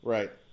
Right